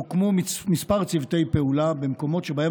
הוקמו כמה צוותי פעולה במקומות שבהם